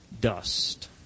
dust